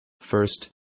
First